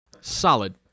Solid